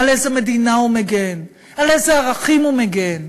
על איזו מדינה הוא מגן, על אילו ערכים הוא מגן.